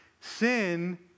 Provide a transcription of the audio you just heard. sin